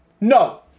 No